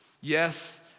Yes